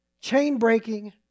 chain-breaking